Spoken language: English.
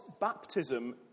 baptism